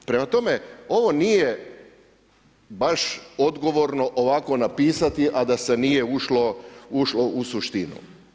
Prema tome, ovo nije baš odgovorno ovako napisati, a da se nije ušlo u suštinu.